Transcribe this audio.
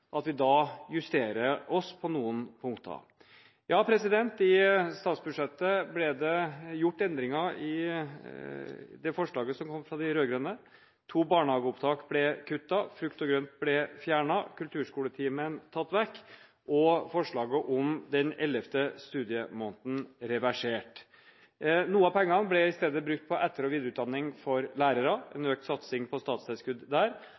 at vi justerer oss på noen punkter? I statsbudsjettet ble det gjort endringer i forslaget fra de rød-grønne. To barnehageopptak i året ble kuttet. Frukt og grønt ble fjernet. Kulturskoletimen ble tatt vekk, og forslaget om den ellevte studiemåneden ble reversert. Noen av pengene ble i stedet brukt til økt satsing på etter- og videreutdanning for lærere, i form av økt statstilskudd,